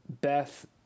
Beth